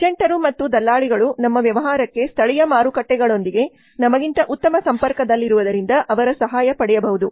ಏಜೆಂಟರು ಮತ್ತು ದಲ್ಲಾಳಿಗಳು ನಮ್ಮ ವ್ಯವಹಾರಕ್ಕೆ ಸ್ಥಳೀಯ ಮಾರುಕಟ್ಟೆಗಳೊಂದಿಗೆ ನಮಗಿಂತ ಉತ್ತಮ ಸಂಪರ್ಕದಲ್ಲಿರುವುದರಿಂದ ಅವರ ಸಹಾಯ ಪಡೆಯಬಹುದು